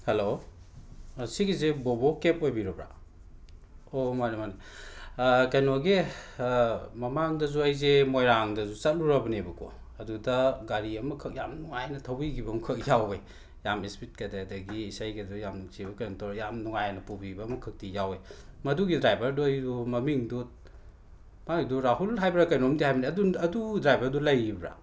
hello ꯁꯤꯒꯤꯁꯦ ꯕꯣꯕꯣ ꯀꯦꯕ ꯑꯣꯏꯕꯤꯔꯕ꯭ꯔꯥ ꯑꯣ ꯃꯥꯅꯤ ꯃꯥꯅꯤ ꯀꯩꯅꯣꯒꯤ ꯃꯃꯥꯡꯗꯁꯨ ꯑꯩꯁꯦ ꯃꯣꯏꯔꯥꯡꯗꯁꯨ ꯆꯠꯂꯨꯔꯕꯅꯦꯕꯀꯣ ꯑꯗꯨꯗ ꯒꯥꯔꯤ ꯑꯃꯈꯛ ꯌꯥꯝ ꯅꯨꯡꯉꯥꯏꯅ ꯊꯧꯕꯤꯈꯤꯕ ꯑꯃꯈꯛ ꯌꯥꯎꯋꯦ ꯌꯥꯝ ꯁ꯭ꯄꯤꯠꯀꯥꯗꯣ ꯑꯗꯒꯤ ꯏꯁꯩꯒꯗꯣ ꯌꯥꯝ ꯅꯨꯡꯁꯤꯕ ꯀꯩꯅꯣ ꯇꯧꯔ ꯌꯥꯝ ꯅꯨꯡꯉꯥꯏꯅ ꯄꯨꯕꯤꯕ ꯑꯃꯈꯛꯇꯤ ꯌꯥꯎꯋꯦ ꯃꯗꯨꯒꯤ ꯗ꯭ꯔꯥꯏꯕꯔꯗꯣ ꯑꯩꯗꯣ ꯃꯃꯤꯡꯗꯣ ꯃꯥꯏꯗꯣ ꯔꯥꯍꯨꯜ ꯍꯥꯏꯕ꯭ꯔꯥ ꯀꯩꯅꯣꯝꯗꯤ ꯍꯥꯏꯕꯅꯤ ꯑꯗꯨꯝ ꯑꯗꯨ ꯗ꯭ꯔꯥꯏꯕꯔꯗꯣ ꯂꯩꯔꯤꯕ꯭ꯔꯥ